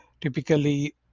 typically